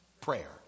prayer